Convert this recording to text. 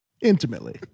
Intimately